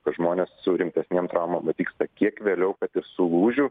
kad žmonės su rimtesnėm traumom atvyksta kiek vėliau kad ir su lūžiu